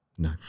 No